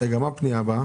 מה השאלה?